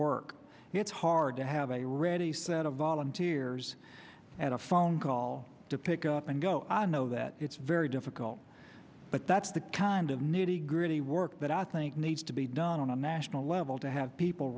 work it's hard to have a ready set of volunteers and a phone call to pick up and go i know that it's very difficult but that's the kind of nitty gritty work that i think needs to be done on a national level to have people